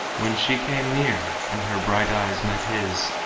when she came near, and her bright eyes met his,